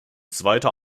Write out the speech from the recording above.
zweite